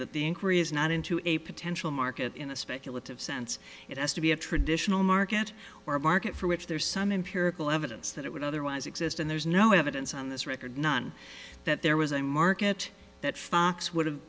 that the inquiry is not into a potential market in a speculative sense it has to be a traditional market or a market for which there's some empirical evidence that it would otherwise exist and there's no evidence on this record none that there was a market that fox would have